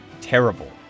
Terrible